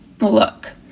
Look